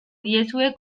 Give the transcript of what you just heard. diezue